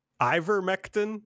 ivermectin